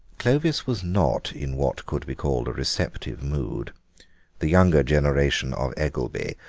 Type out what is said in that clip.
clovis was not in what could be called a receptive mood the younger generation of eggelby,